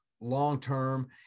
long-term